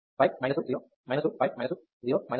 5 2 0 2 5 2 0 2 5 ఇది సమాధానం